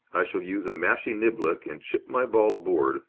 i shall use a mashie-niblick and chip my ball aboard,